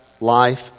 Life